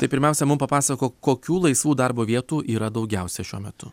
pirmiausia mum papasakok kokių laisvų darbo vietų yra daugiausia šiuo metu